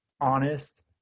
honest